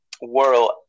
world